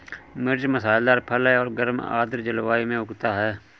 मिर्च मसालेदार फल है और गर्म आर्द्र जलवायु में उगता है